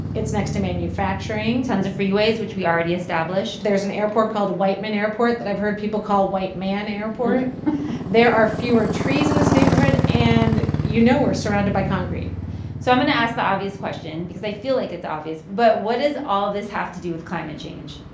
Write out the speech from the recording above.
it's next to manufacturing tons of freeways, which we already established there's an airport called whiteman airport that i've heard people call white man airport there are fewer trees in this neighborhood, and, you know, we're surrounded by concrete so i'm going to ask the obvious question because i feel like it's obvious but what does all this have to do with climate change?